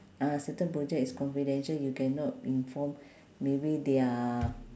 ah certain project is confidential you cannot inform maybe their